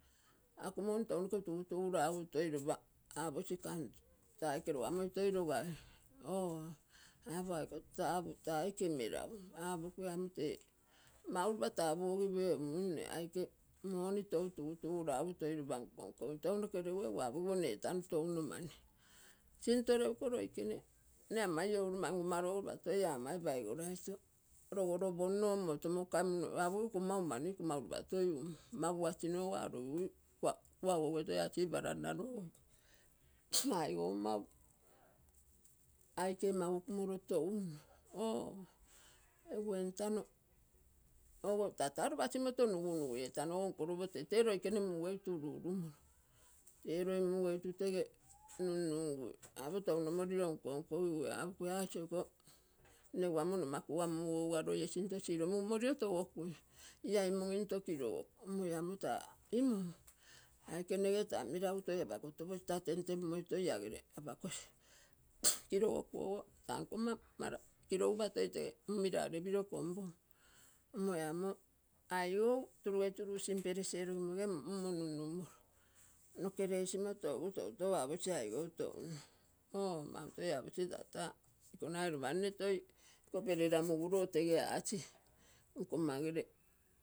Ako moni tounoge tugutuguu toi lopa apoc gann taa aike logamoi toi logai. Oo apo ako tapuu taa aike meragu. Apo gui kann tee aike moni ton tugutugu toi lopa nkongokim. Tounoge regu egu apogigu nne entano touno mani. Into regu iko loi gene nne ama ioulomaro ngumaro ogo lopo toi amai louu oloponno omoto mouugai min oo apogigui iko mau lopa toi umm magugasinoogo kuagouge ogo toi ac, parannaolo ogo iko oikou mau aike makngumolo toumo oo. Egu entano tata lapa sinto nunugui etano ogo nkorogee tete loi gene mugeituu ururumolo. Tee loi mugeitu tege nunugui. Apo tainomoliro nkonkogigui aga iko amo sinto nne ogo nomaguga muu ogo uga loi sinto silomugu molilo togoui. La imon into kilogoguu omo ia am taa imon aike nne taa meregu toi apagoropoc taa tentemumoi toi ia gere apogosi kilogogu ogo taa nkonma kilogupa toi tege mumira ree konpo omo ee ami aigou turuge ituu lusim ples elogim ege munmo nunumolo. Nno gerei ngu tonton apoe aigou tai nno. Oo mau toi apoc tata nko nagai lopa toi nne iko perelamuguu loo tege ac nkonma.